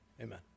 Amen